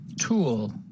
tool